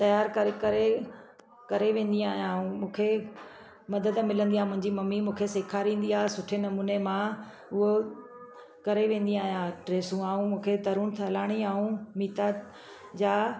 तयार करे करे करे वेंदी आहियां ऐं मूंखे मदद मिलंदी आहे मुंहिंजी ममी मूंखे सेखारींदी आहे सुठे नमूने मां हूअ करे वेंदी आहियां ड्रेसूं ऐं मूंखे तरून थलाणी ऐं मीता जा